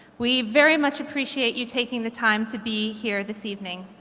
we very much appreciate you taking the time to be here this evening.